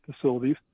facilities